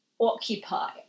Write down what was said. Occupy